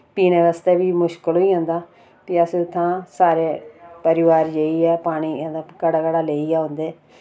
पीने वास्तै बी मुश्कल होई जंदा फ्ही अस उत्थां सारे परिवार जाइयै पानिये दा घड़ा घड़ा लेइयै औंदे